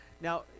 Now